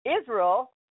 Israel